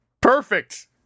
Perfect